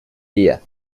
día